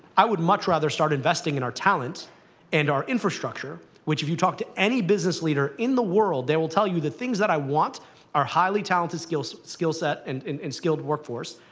i would much rather start investing in our talent and our infrastructure, which, if you talk to any business leader in the world, they will tell you, the things that i want are highly-talented skill so skill set and and skilled workforce,